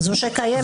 זו שקיימת